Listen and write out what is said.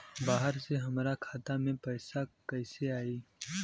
बाहर से हमरा खाता में पैसा कैसे आई?